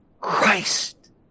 Christ